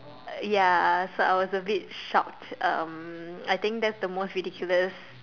ya so I was a bit shocked um I think that's the most ridiculous